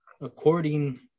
according